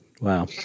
Wow